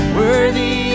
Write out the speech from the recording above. worthy